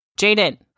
Jaden